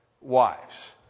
wives